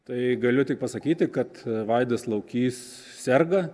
tai galiu tik pasakyti kad vaidas laukys serga